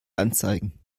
anzeigen